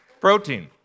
Protein